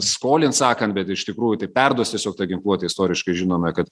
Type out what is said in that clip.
skolint sakant bet iš tikrųjų tai perduos tiesiog tą ginkluotę istoriškai žinome kad